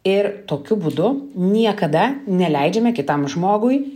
ir tokiu būdu niekada neleidžiame kitam žmogui